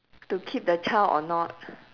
to keep the child or not